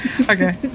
Okay